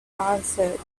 answered